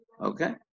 Okay